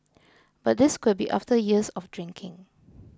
but this could be after years of drinking